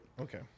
Okay